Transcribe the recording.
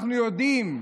אנחנו יודעים,